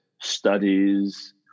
studies